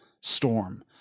storm